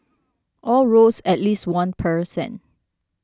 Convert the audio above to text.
all rose at least one percent